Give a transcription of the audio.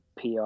PR